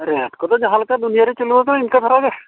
rate ᱠᱚᱫᱚ ᱡᱟᱦᱟᱸ ᱞᱮᱠᱟ ᱫᱩᱱᱤᱭᱟᱹ ᱨᱮ ᱪᱟᱹᱞᱩ ᱠᱟᱱᱟ ᱤᱱᱠᱟᱹ ᱫᱷᱟᱨᱟ ᱜᱮ